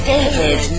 David